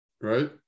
right